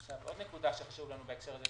עוד נקודה שחשוב לציין בהקשר הזה,